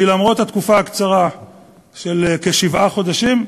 כי למרות התקופה הקצרה של כשבעה חודשים,